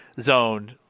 zone